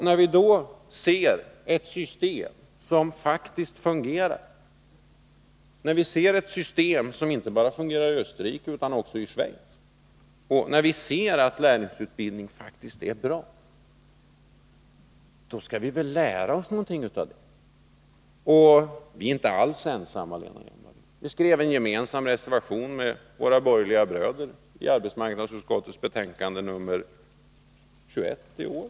När vi då ser ett annat system som fungerar, inte bara i Österrike utan också i Schweiz, när vi ser att lärlingsutbildningen faktiskt är bra, då skall vi väl lära oss någonting av det. Och vi är inte alls ensamma, Lena Hjelm-Wallén. Vi skrev en gemensam reservation med våra borgerliga bröder i arbetsmarknadsutskottets betänkande 21 i år.